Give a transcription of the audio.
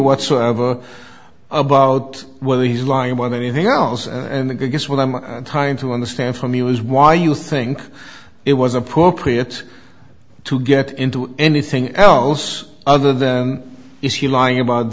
whatsoever about whether he's lying about anything else and the guess what i'm trying to understand from you is why you think it was appropriate to get into anything else other than is he lying about